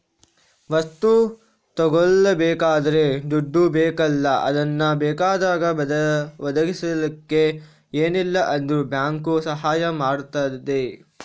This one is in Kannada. ವಸ್ತು ತಗೊಳ್ಬೇಕಾದ್ರೆ ದುಡ್ಡು ಬೇಕಲ್ಲ ಅದನ್ನ ಬೇಕಾದಾಗ ಒದಗಿಸಲಿಕ್ಕೆ ಏನಿಲ್ಲ ಅಂದ್ರೂ ಬ್ಯಾಂಕು ಸಹಾಯ ಮಾಡ್ತದೆ